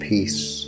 peace